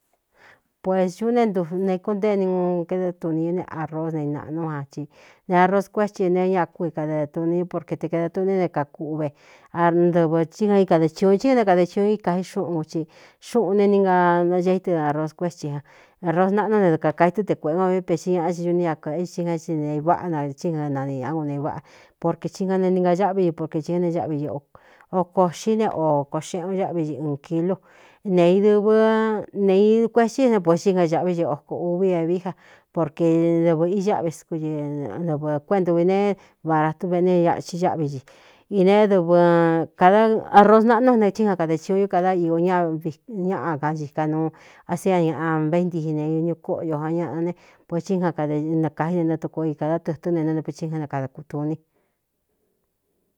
Puēs ñu ne ne kuntée ni uu keda tuni ñu ne arós naināꞌnú a ci ne aroscueti ne ña ku i kadaa tuni porke te kedā tuní né kākûꞌve ndɨvɨ tí ñan ikade thiuūn thí ané kade chiun i kaxí xúꞌun ci xuꞌun ne ninga nacaídɨ aroscuésti an aros naꞌnú ne du kakaitɨte kuēꞌé gu v pexi ñaꞌa i ñuni ña kuēꞌéi i kan i neiváꞌa na ínaniꞌñá gu ne iváꞌa porkē tí ga ne ninga ñáꞌví i porke ti kan ne áꞌví ɨ okō xí ne o kooꞌxeꞌen un áꞌví i ɨɨn kílu ne dɨvɨ ne ī kuestí ne pue tɨ ga ñāꞌví dɨ oko ūvi é vií ja porke dɨvɨ̄ i ñáꞌvi k ɨdɨvɨ kuéꞌendūvī ne varatúveꞌne aꞌchi ñáꞌví ci ine dvɨdaaros naꞌnu jne tí ja kade ciun ñú kadá io ñañaꞌa ka nchika nuu a sia ñaꞌa véntii ne ñu kóꞌyo á ñaꞌa ne pueí a nakāí ne nɨtukoo i kādá tɨtú́ nenanɨvexi gá né kada kūtuní.